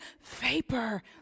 vapor